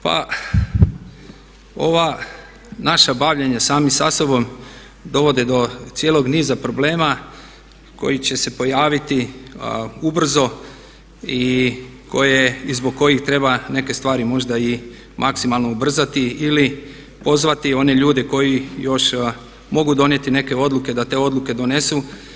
Pa ovo naše bavljenje sami sa sobom dovode do cijelog niza problema koji će se pojaviti ubrzo i zbog kojih treba neke stvari možda i maksimalno ubrzati ili pozvati one ljude koji još mogu donijeti neke odluke, da te odluke donesu.